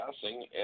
passing